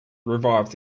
revives